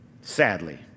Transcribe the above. sadly